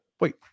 wait